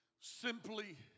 simply